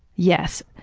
yes.